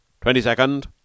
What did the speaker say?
Twenty-second